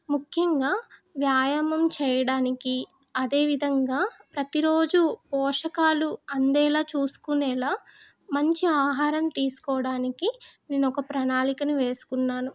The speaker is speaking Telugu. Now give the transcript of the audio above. ముఖ్యంగా వ్యాయామం చేయడానికి అదేవిధంగా ప్రతిరోజు పోషకాలు అందేలాగ చూసుకునేలా మంచి ఆహారం తీసుకోవడానికి నేను ఒక ప్రణాళికను వేసుకున్నాను